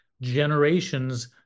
generations